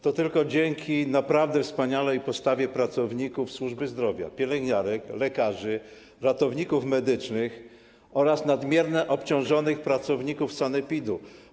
To tylko dzięki naprawdę wspaniałej postawie pracowników służby zdrowia, pielęgniarek, lekarzy, ratowników medycznych oraz nadmiernie obciążonych pracowników sanepidu.